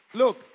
look